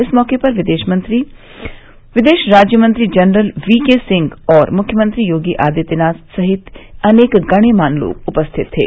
इस मौक पर विदेश राज्य मंत्री जनरल वी के सिंह और मुख्यमंत्री योगी आदित्यनाथ सहित अनेक गण्यमान्य लोग उपस्थित थे